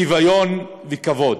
שוויון וכבוד,